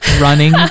running